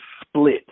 split